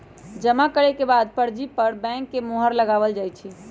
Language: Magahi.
जमा करे के बाद पर्ची पर बैंक के मुहर लगावल जा हई